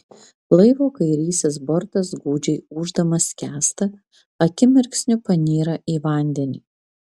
laivo kairysis bortas gūdžiai ūždamas skęsta akimirksniu panyra į vandenį